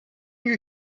you